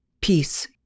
Peace